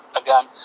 again